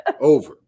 over